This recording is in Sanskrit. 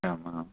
आम् आम्